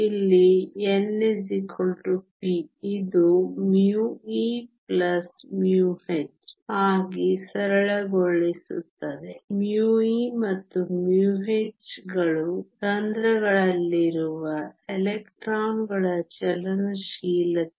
ಎಲ್ಲಿ n p ಇದು μe μh ಆಗಿ ಸರಳಗೊಳಿಸುತ್ತದೆ μe ಮತ್ತು μh ಗಳು ರಂಧ್ರಗಳಲ್ಲಿರುವ ಎಲೆಕ್ಟ್ರಾನ್ಗಳ ಚಲನಶೀಲತೆ